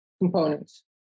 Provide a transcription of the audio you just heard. components